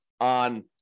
on